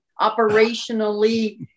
operationally